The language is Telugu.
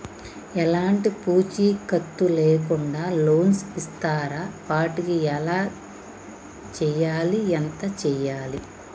ఎలాంటి పూచీకత్తు లేకుండా లోన్స్ ఇస్తారా వాటికి ఎలా చేయాలి ఎంత చేయాలి?